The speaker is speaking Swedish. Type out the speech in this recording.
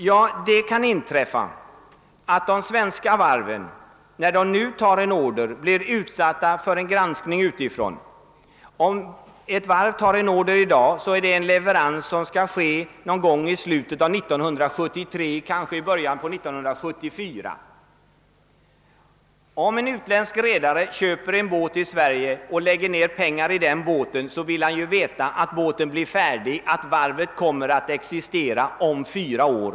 Ja, det kan inträffa att de svenska varven när de nu tar en order blir utsatta för granskning utifrån. Låt oss anta att ett varv tar en order i dag på en leverans som skall ske någon gång i slutet av 1973, kanske i bör jan av 1974. Om en utländsk redare köper en båt i Sverige och lägger ner pengar i den båten, vill han veta att båten också blir färdig och att varvet också kommer att existera om fyra år.